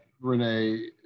Renee